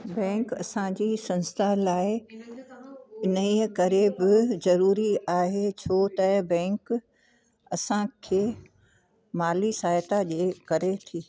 bank असांजी संस्था लाइ इन ई करे बि ज़रूरी आहे छो त बैंक असांखे माली सहायता ॾिए करे थी